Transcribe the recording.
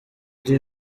dee